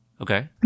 Okay